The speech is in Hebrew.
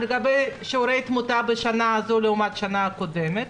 לגבי שיעורי תמותה בשנה הזו לעומת השנה הקודמת.